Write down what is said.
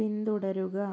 പിന്തുടരുക